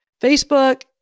Facebook